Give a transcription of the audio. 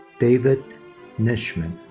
david nitschmann.